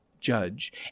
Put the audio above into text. judge